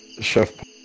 Chef